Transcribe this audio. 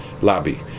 lobby